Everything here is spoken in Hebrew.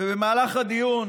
ובמהלך הדיון